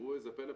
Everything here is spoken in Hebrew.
וראו איזה פלא,